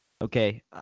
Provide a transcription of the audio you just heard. Okay